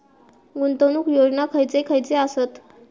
गुंतवणूक योजना खयचे खयचे आसत?